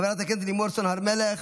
חברת הכנסת לימור סון הר מלך,